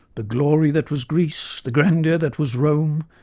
the glory that was greece, the grandeur that was rome,